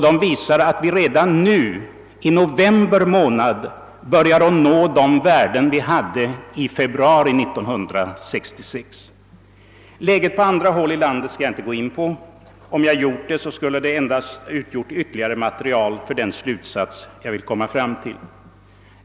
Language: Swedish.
De visar att vi redan nu, i november månad, börjar nå de värden vi hade i februari 1966. Läget på andra håll i landet skall jag inte gå in på. Om jag gjorde det, skulle det endast utgöra ytterligare material för den slutsats jag vill komma fram till.